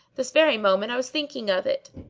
this very moment i was thinking of it